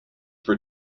for